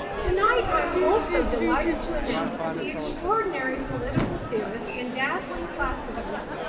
tonight, i'm also delighted to announce that the extraordinary political theorist and dazzling classicist,